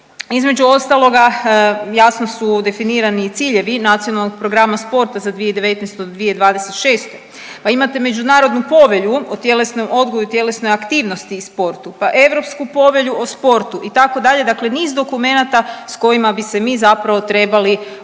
Između ostaloga jasno su definirani i ciljevi Nacionalnog programa sporta za 2019. do 2026., pa imate Međunarodnu povelju o tjelesnom odgoju i tjelesnoj aktivnosti i sportu, pa Europsku povelju o sportu itd., dakle niz dokumenata s kojima bi se mi zapravo trebali u svemu